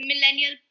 millennial